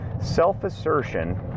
self-assertion